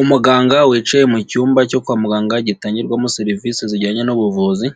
Umuganga wicaye mu cyumba cyo kwa muganga gitangirwamo serivisi zijyanye n'ubuvuzi.